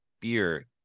Beer